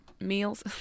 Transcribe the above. meals